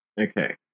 Okay